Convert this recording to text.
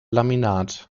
laminat